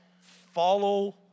Follow